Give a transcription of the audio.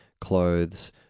clothes